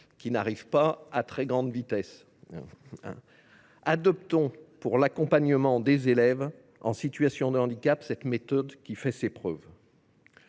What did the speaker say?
qui n’arrivent pas à très grande vitesse ! Adoptons donc, pour l’accompagnement des élèves en situation de handicap, cette méthode qui fait ses preuves.